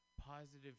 positive